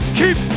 keep